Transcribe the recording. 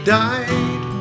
died